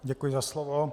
Děkuji za slovo.